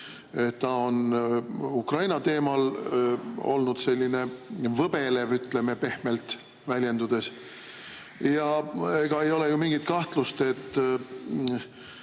ta on Ukraina teemal olnud selline, ütleme, võbelev, pehmelt väljendudes. Ega ei ole ju mingit kahtlust, et